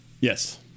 yes